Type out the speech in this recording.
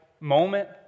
moment